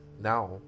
now